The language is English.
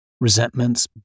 resentments